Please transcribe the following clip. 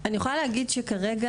כרגע